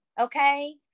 okay